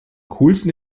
coolsten